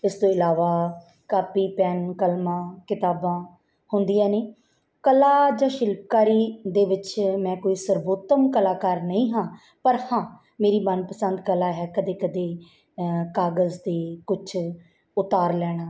ਇਸ ਤੋਂ ਇਲਾਵਾ ਕਾਪੀ ਪੈੱਨ ਕਲਮਾਂ ਕਿਤਾਬਾਂ ਹੁੰਦੀਆਂ ਨੇ ਕਲਾ ਜਾਂ ਸ਼ਿਲਪਕਾਰੀ ਦੇ ਵਿੱਚ ਮੈਂ ਕੋਈ ਸਰਵੋਤਮ ਕਲਾਕਾਰ ਨਹੀਂ ਹਾਂ ਪਰ ਹਾਂ ਮੇਰੀ ਮਨਪਸੰਦ ਕਲਾ ਹੈ ਕਦੇ ਕਦੇ ਕਾਗਜ਼ 'ਤੇ ਕੁਛ ਉਤਾਰ ਲੈਣਾ